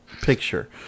picture